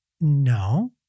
no